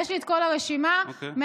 יש לי כל הרשימה מ-2013.